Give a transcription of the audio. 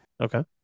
Okay